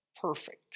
perfect